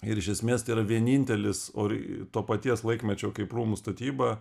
ir iš esmės tai yra vienintelis ori to paties laikmečio kaip rūmų statyba